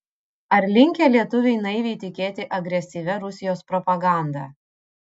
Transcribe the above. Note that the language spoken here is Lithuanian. ar linkę lietuviai naiviai tikėti agresyvia rusijos propaganda